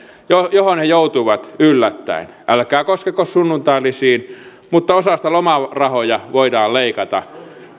johon he joutuivat yllättäen älkää koskeko sunnuntailisiin mutta osasta lomarahoja voidaan leikata